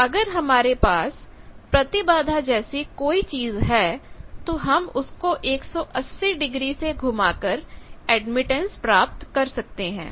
तो अगर हमारे पास प्रतिबाधा जैसी कोई चीज है तो हम उसको 180 डिग्री से घुमाकर एडमिटेंस प्राप्त कर सकते हैं